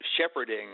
shepherding